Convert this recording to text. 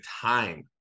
time